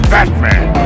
Batman